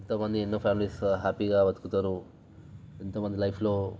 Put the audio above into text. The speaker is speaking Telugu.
ఎంతో మంది ఎన్నో ఫ్యామిలీస్ హ్యాపీగా బతుకుతారు ఎంతో మంది లైఫ్లో